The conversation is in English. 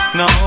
no